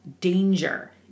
danger